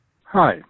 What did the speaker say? Hi